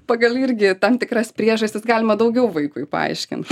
pagal irgi tam tikras priežastis galima daugiau vaikui paaiškint